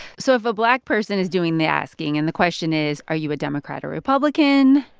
so if a black person is doing the asking, and the question is, are you a democrat or republican,